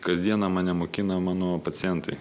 kasdieną mane mokina mano pacientai